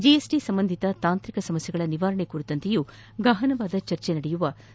GST ಸಂಬಂಧಿತ ತಾಂತ್ರಿಕ ಸಮಸ್ನೆಗಳ ನಿವಾರಣೆ ಕುರಿತಂತೆಯೂ ಗಹನವಾದ ಚರ್ಚೆ ನಡೆಸುವ ಸಂಭವವಿದೆ